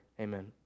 amen